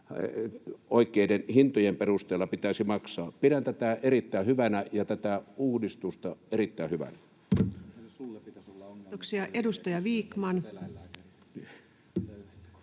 oikeiden hintojen perusteella pitäisi maksaa. Pidän tätä uudistusta erittäin hyvänä. [Speech